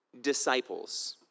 Disciples